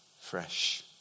fresh